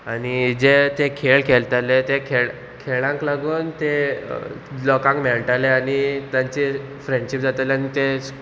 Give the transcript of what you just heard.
आनी जे ते खेळ खेळटाले ते खेळ खेळांक लागून ते लोकांक मेळटाले आनी तांचे फ्रेंडशीप जाताले आनी ते